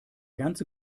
ganze